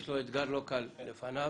יש לו אתגר לא קל לפניו.